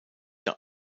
der